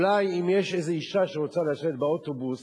אולי אם יש איזו אשה שרוצה לשבת באוטובוס